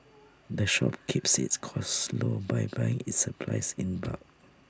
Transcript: the shop keeps its costs low by buying its supplies in bulk